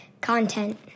content